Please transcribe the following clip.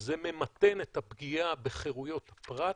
זה ממתן את הפגיעה בחירויות פרט,